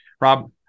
Rob